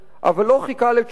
אבל לא חיכה לתשובה,